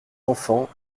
enfants